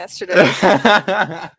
yesterday